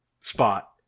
spot